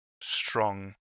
strong